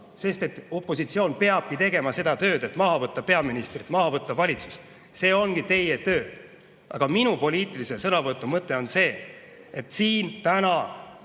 sest opositsioon peabki tegema tööd [selle nimel], et maha võtta peaministrit, maha võtta valitsust. See ongi teie töö. Aga minu poliitilise sõnavõtu mõte on see, et täna,